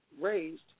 raised